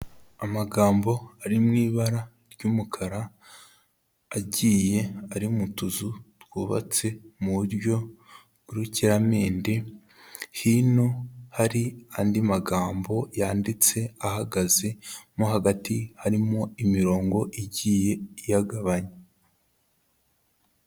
Amagambo ari mu ibara ry'umukara agiye ari mu tuzu twubatse mu buryo bw'urukiramende, hino hari andi magambo yanditse ahagaze mo hagati, harimo imirongo igiye iyagabanya.